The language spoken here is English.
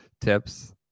tips